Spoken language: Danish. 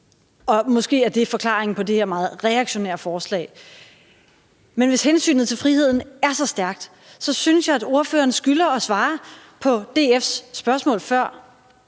og måske er det forklaringen på det her meget reaktionære forslag. Men hvis hensynet til friheden er så stærkt, synes jeg, at ordføreren skylder at svare på DF's spørgsmål før,